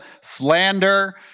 slander